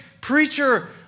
preacher